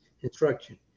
instruction